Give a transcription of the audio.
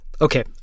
Okay